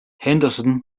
henderson